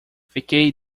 fiquei